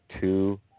two